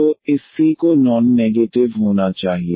तो इस c को नॉन नेगेटिव होना चाहिए